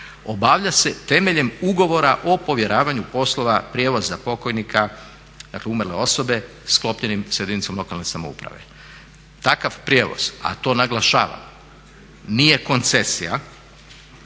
obavlja se temeljem ugovora o povjeravanju poslova prijevoza pokojnika, dakle umrle osobe, sklopljenim sa jedinicom lokalne samouprave. Takav prijevoz, a to naglašavam nije koncesija,